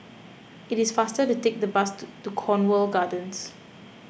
it is faster to take the bus to to Cornwall Gardens